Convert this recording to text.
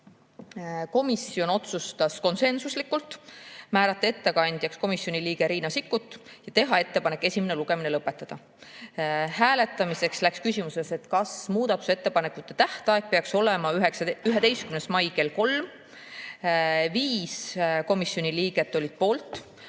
Komisjon otsustas konsensusega määrata ettekandjaks komisjoni liikme Riina Sikkuti ja teha ettepaneku esimene lugemine lõpetada. Hääletamiseks läks küsimuses, kas muudatusettepanekute tähtaeg peaks olema 11. mai kell 15. Viis komisjoni liiget olid poolt: